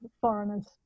foreigners